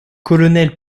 colonel